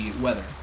weather